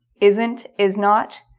isn't is not.